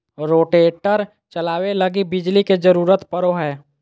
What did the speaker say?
rotator चलावे लगी बिजली के जरूरत पड़ो हय